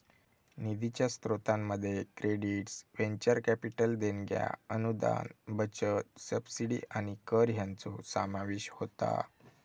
निधीच्या स्रोतांमध्ये credits, venture capital देणग्या, अनुदान, बचत, सबसिडी आणि कर हयांचो समावेश होता